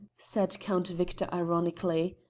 said count victor ironically.